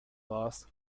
loss